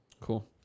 Cool